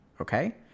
okay